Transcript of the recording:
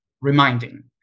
reminding